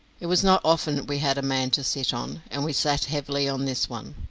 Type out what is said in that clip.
it was not often we had a man to sit on, and we sat heavily on this one.